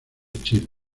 chile